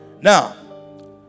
Now